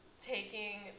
taking